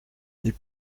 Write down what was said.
est